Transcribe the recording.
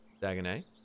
Dagonet